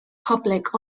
public